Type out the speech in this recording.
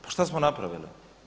Pa šta smo napravili?